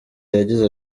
yagize